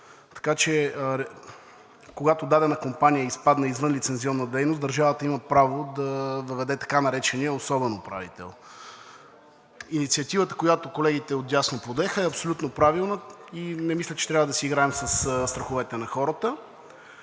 Така че когато дадена компания изпадне извън лицензионна дейност, държавата има право да въведе така наречения особен управител. Инициативата, която колегите отдясно подеха, е абсолютно правилна. Не мисля, че трябва да си играем със страховете на хората.